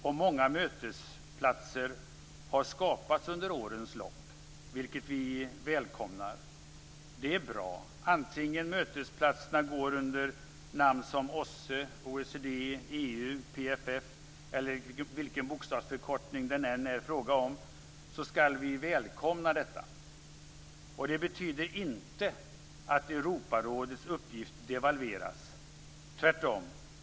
Och många mötesplatser har skapats under årens lopp, vilket vi välkomnar. Det är bra. Vare sig mötesplatserna går under förkortningsnamnet OSSE, OECD, EU, PFF eller vilken bokstavsförkortning det än är fråga om så skall vi välkomna detta. Och det betyder inte att Europarådets uppgift devalveras - tvärtom.